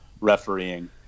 refereeing